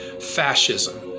fascism